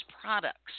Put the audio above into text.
products